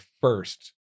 first